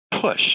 push